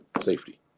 safety